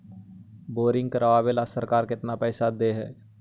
Boring करबाबे ल सरकार केतना पैसा दे है?